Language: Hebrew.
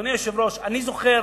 אדוני היושב-ראש, אני זוכר